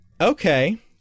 Okay